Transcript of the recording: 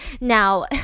Now